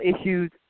issues